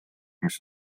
mis